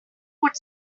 would